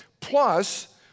Plus